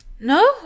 No